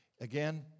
again